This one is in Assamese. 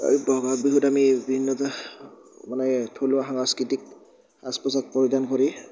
আৰু বহাগ বিহুত আমি বিভিন্নতা মানে থলুৱা সাংস্কৃতিক সাজ পোচাক পৰিধান কৰি